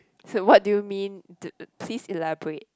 so what do you mean d~ please elaborate